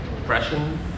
depression